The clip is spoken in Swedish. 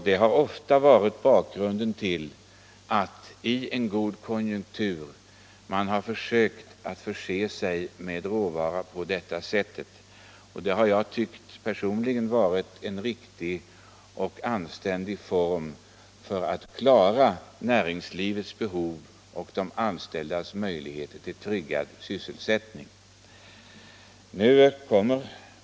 Detta har ofta varit bakgrunden till att företagen i en god konjunktur har försökt att förse sig med råvara genom markköp. Det har jag personligen tyckt vara en riktig och anständig form för att klara råvarutillgången och de anställdas möjligheter till tryggad sysselsättning.